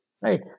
Right